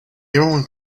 everyone